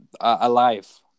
alive